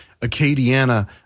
Acadiana –